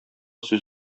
сүз